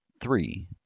three